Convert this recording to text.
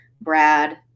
Brad